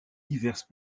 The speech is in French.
diverses